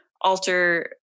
alter